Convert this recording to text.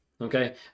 Okay